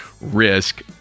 risk